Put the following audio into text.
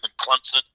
Clemson